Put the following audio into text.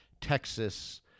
Texas